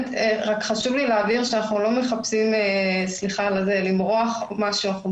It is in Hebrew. חשוב לי להבהיר שאנחנו לא מחפשים "למרוח" משהו אלא